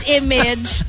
image